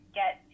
get